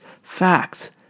Facts